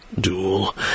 Duel